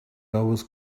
always